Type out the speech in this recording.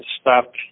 stop